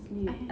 I